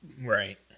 Right